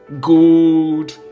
good